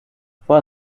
vor